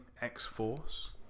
X-Force